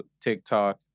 TikTok